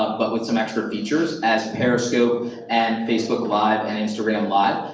but but with some extra features, as periscope and facebook live and instagram live.